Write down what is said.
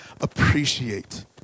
appreciate